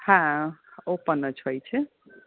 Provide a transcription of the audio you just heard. હા ઓપન જ હોય છે